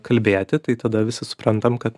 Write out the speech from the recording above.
kalbėti tai tada visi suprantam kad